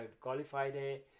qualified